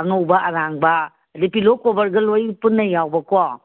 ꯑꯉꯧꯕ ꯑꯔꯥꯡꯕ ꯑꯗꯒꯤ ꯄꯤꯜꯂꯣ ꯀꯣꯕꯔ ꯂꯣꯏ ꯄꯨꯟꯅ ꯌꯥꯎꯕꯀꯣ